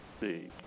see